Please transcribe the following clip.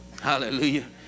Hallelujah